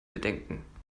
bedenken